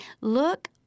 look